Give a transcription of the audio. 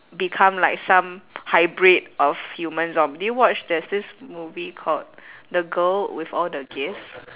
become like some hybrid of human zom~ did you watch there's this movie called the girl with all the gifts